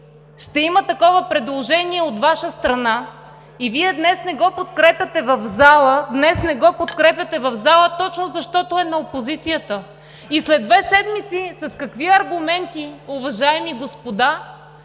ще има такова предложение от Ваша страна. Вие днес не го подкрепяте в залата точно защото е на опозицията. И след две седмици с какви аргументи, уважаеми господа,